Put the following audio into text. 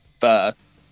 first